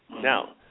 Now